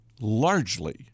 largely